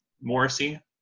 Morrissey